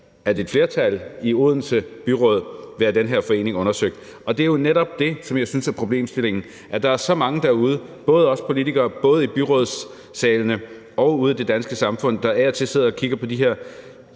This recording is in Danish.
at et flertal i Odense Byråd vil have den her forening undersøgt. Og det er jo netop det, som jeg synes er problemstillingen, altså at der er så mange derude, både os politikere her og i byrådssalene og folk ude i det danske samfund, der af og til sidder og kigger på de her